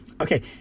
Okay